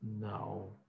No